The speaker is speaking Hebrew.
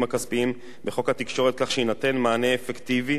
הכספיים בחוק התקשורת כך שיינתן מענה אפקטיבי,